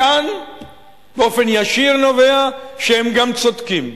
מכאן באופן ישיר נובע, שהם גם צודקים.